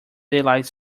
daylight